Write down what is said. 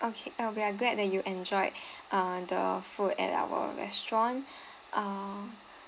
okay uh we are glad that you enjoyed uh the food at our restaurant uh